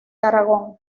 aragón